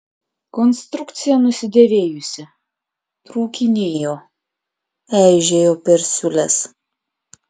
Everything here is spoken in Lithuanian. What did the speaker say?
konstrukcija nusidėvėjusi trūkinėjo eižėjo per siūles